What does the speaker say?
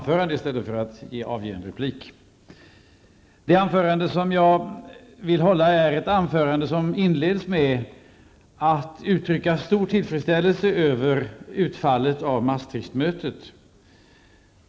Jag vill börja med att uttrycka stor tillfredsställelse över utfallet av Maastrichtmötet.